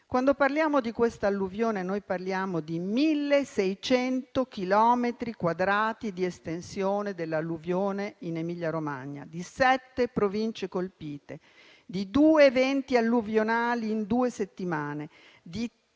Quando parliamo di questa alluvione, noi parliamo di 1.600 chilometri quadrati di estensione dell'alluvione in Emilia-Romagna, di sette Province colpite, di due eventi alluvionali in due settimane, di quattro